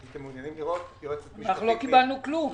לא קיבלנו כלום.